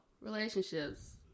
relationships